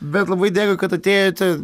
bet labai dėkui kad atėjote